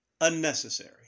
unnecessary